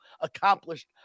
accomplished